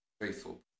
faithful